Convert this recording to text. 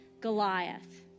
Goliath